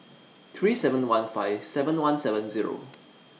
three seven one five seven one seven Zero